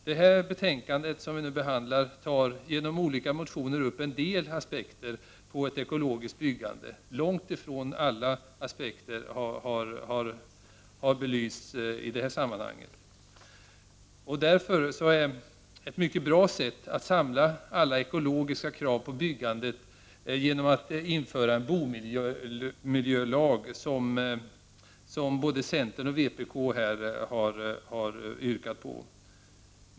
I det betänkande som vi nu behandlar tar man, det framgår av de olika motionerna, upp en del aspekter på ett ekologiskt byggande. Men långt ifrån alla aspekter har belysts i det här sammanhanget. Ett mycket bra sätt att samla alla ekologiska krav på byggandet är att införa en bomiljölag, som både centern och vpk här har yrkat på.